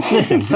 Listen